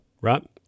right